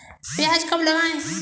प्याज कब लगाएँ?